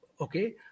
okay